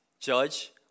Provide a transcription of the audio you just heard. Judge